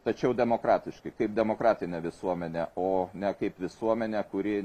tačiau demokratiški kaip demokratinė visuomenė o ne kaip visuomenė kuri